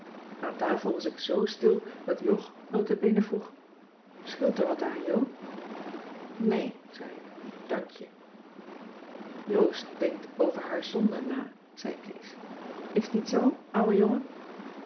aan tafel was ik z stil dat jog nota bene vroeg scheelt er wat aan jo nee zei ik dank je cissy van marxveldt de h b s tijd van joop ter heul joost denkt over haar zonden na zei kees is t niet zoo ouwe jongen